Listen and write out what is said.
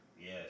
Yes